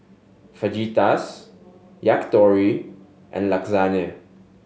Fajitas Yakitori and Lasagna